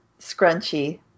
scrunchy